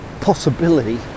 possibility